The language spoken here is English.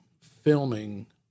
filming